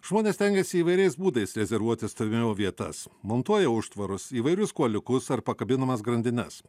žmonės stengiasi įvairiais būdais rezervuoti stovėjimo vietas montuoja užtvarus įvairius kuoliukus ar pakabinamas grandines